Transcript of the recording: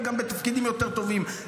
וגם בתפקידים יותר טובים.